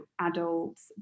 adults